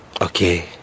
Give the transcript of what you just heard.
Okay